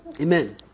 Amen